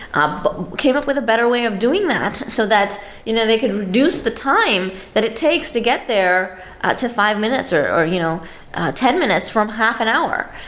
came up with a better way of doing that so that you know they could reduce the time that it takes to get there to five minutes, or or you know ten minutes from half an hour.